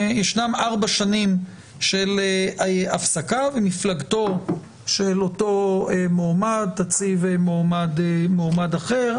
ישנן ארבע שנים של הפסקה ומפלגתו של אותו מועמד תציב מועמד אחר.